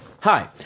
Hi